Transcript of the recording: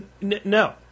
no